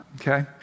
okay